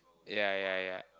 ya ya ya